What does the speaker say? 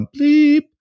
Bleep